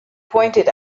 pointed